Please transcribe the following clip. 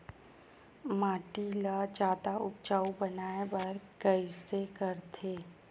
माटी ला जादा उपजाऊ बनाय बर कइसे करथे?